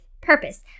purpose